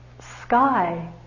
sky